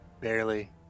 Barely